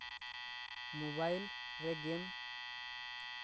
mobile ᱨᱮ game